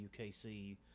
UKC